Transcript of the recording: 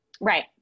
Right